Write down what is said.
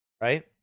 Right